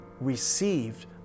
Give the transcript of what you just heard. received